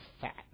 fat